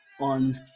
on